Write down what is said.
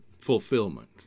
fulfillment